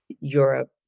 Europe